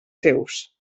seus